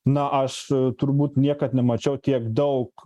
na aš turbūt niekad nemačiau tiek daug